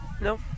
No